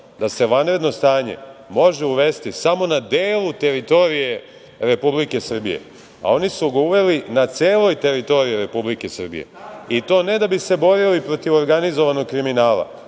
da se vanredno stanje može uvesti samo na delu teritorije Republike Srbije, a oni su ga uveli na celoj teritoriji Republike Srbije, i to ne da bi se borili protiv organizovanog kriminala,